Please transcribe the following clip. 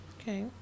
Okay